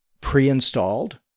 pre-installed